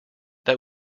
that